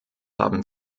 haben